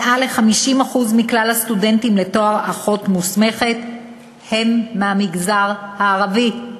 מעל ל-50% מכלל הסטודנטים לתואר אחות מוסמכת הם מהמגזר הערבי.